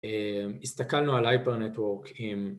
אה... הסתכלנו על ההייפר נטוורק עם